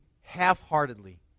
half-heartedly